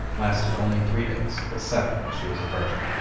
lasted only three days, but seven if she was a virgin.